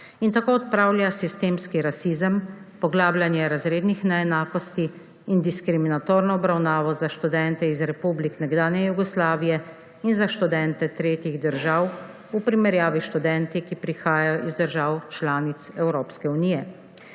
on tako odpravlja sistemski rasizem, poglabljanje razrednih neenakosti in diskriminatorno obravnavo za študente iz republik nekdanje Jugoslavije in za študente tretjih držav v primerjavi s študenti, ki prihajajo iz držav članic Evropske unije.